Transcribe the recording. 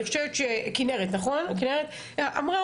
כנרת אמרה,